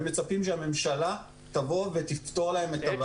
הם מצפים שהממשלה תפתור להם את הבעיה.